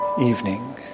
evening